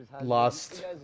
lost